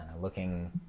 Looking